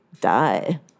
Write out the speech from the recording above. die